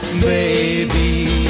baby